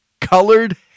Colored